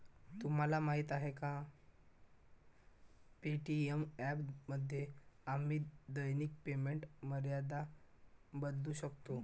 तुम्हाला माहीत आहे का पे.टी.एम ॲपमध्ये आम्ही दैनिक पेमेंट मर्यादा बदलू शकतो?